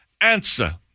answer